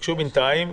תבקשו בינתיים.